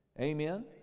Amen